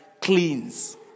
cleans